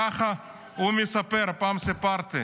ככה הוא מספר, פעם סיפרתי.